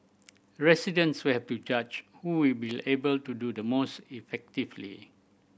residents will have to judge who will be able to do the most effectively